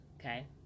Okay